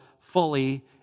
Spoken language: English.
fully